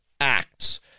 acts